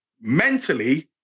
mentally